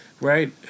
right